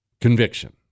conviction